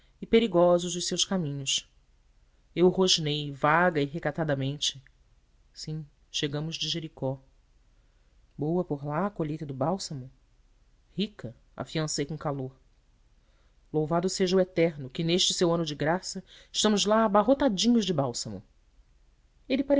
e perigosos os seus caminhos eu rosnei vaga e recatadamente sim chegamos de jericó boa por lá a colheita do bálsamo rica afiancei com calor louvado seja o eterno que neste seu ano de graça estamos lá abarrotadinhos de bálsamos ele